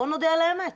בוא נודה על האמת.